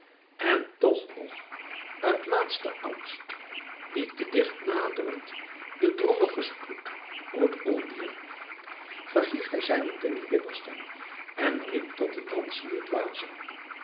en toch nog uit laatsten angst niet te dicht naderend den drolligen stoet om het ondier verhief hij zijne dunne bibberstem en riep tot de dansende dwazen